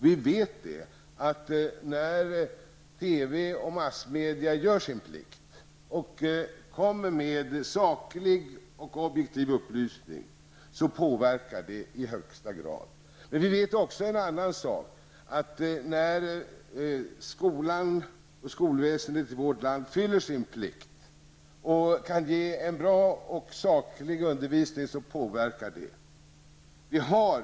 Vi vet att när TV och massmedia gör sin plikt, och kommer med saklig och objektiv upplysning, påverkar det i högsta grad. Men vi vet också en annan sak, nämligen att när skolan och skolväsendet i vårt land fyller sin plikt, och kan ge en bra och saklig undervisning, är detta också något som påverkar.